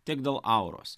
tiek dėl auros